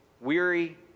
weary